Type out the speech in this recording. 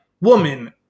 woman